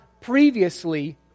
previously